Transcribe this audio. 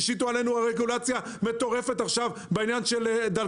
רצו להשית עלינו עכשיו רגולציה מטורפת בעניין של דלקנים,